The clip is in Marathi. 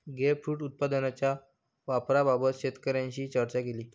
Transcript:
ग्रेपफ्रुट उत्पादनाच्या वापराबाबत शेतकऱ्यांशी चर्चा केली